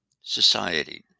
society